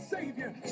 Savior